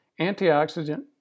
antioxidant